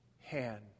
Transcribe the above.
hand